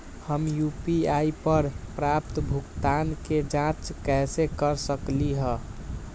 हम यू.पी.आई पर प्राप्त भुगतान के जाँच कैसे कर सकली ह?